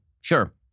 sure